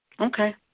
Okay